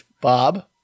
Bob